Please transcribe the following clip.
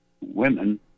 women